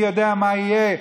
מי יודע מה יהיה.